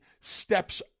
steps